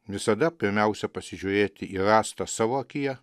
visada pirmiausia pasižiūrėti į rąstą savo akyje